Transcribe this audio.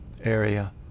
area